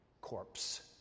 corpse